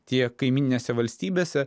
tiek kaimyninėse valstybėse